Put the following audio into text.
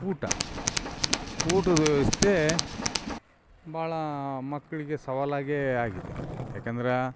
ಊಟ ಊಟದ ವ್ಯವಸ್ಥೆ ಭಾಳಾ ಮಕ್ಕಳಿಗೆ ಸವಾಲಾಗೇ ಆಗಿದೆ ಯಾಕೆಂದ್ರೆ